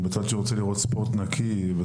הוא בצד שרוצה לראות ספורט הגון ונקי.